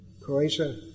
Croatia